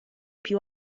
più